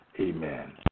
Amen